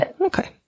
Okay